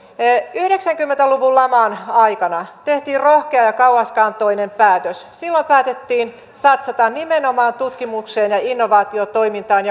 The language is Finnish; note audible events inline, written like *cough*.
yhdeksänkymmentä luvun laman aikana tehtiin rohkea ja kauaskantoinen päätös silloin päätettiin satsata nimenomaan tutkimukseen ja innovaatiotoimintaan *unintelligible*